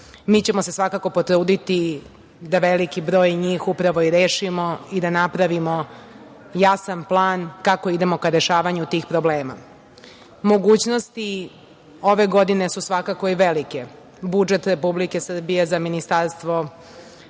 Mi ćemo se svakako potruditi da veliki broj njih upravo i rešimo i da napravimo jasan plan kako idemo ka rešavanju tih problema. Mogućnosti ove godine su svakako i velike. Budžet Republike Srbije za Ministarstvo